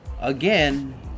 again